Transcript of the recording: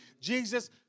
Jesus